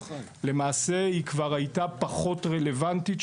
למעשה היא כבר הייתה פחות רלוונטית,